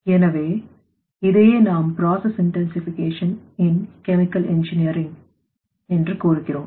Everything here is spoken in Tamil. எனவ இதையே நாம் process intensification in chemical engineering process என்று கூறுகிறோம்